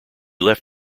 left